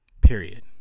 period